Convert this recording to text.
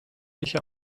sich